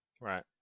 Right